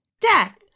death